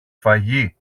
φαγί